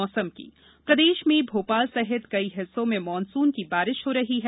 मौसम प्रदेश में भोपाल सहित कई हिस्सों में मॉनसून की बारिश हो रही है